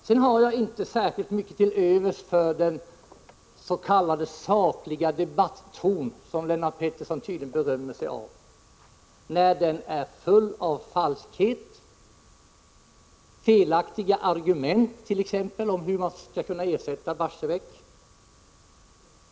Sedan har jag inte särskilt mycket till övers för den s.k. sakliga debatton som Lennart Pettersson berömmer sig av, när den är full av falskhet och felaktiga argument — t.ex. hur man skall kunna ersätta Barsebäck.